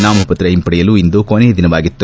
ನಾಮಪತ್ರ ಹಿಂಪಡೆಯಲು ಇಂದು ಕೊನೆಯ ದಿನವಾಗಿತ್ತು